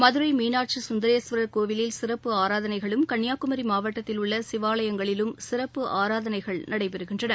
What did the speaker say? மதுரை மீனாட்சி சுந்தரேஸ்வரர் கோவிலில் சிறப்பு ஆராதனைகளும் கன்னியாகுமி மாவட்டத்தில் உள்ள சிவாலாயங்களிலும் சிறப்பு ஆராதனைகள் நடைபெறுகின்றன